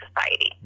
society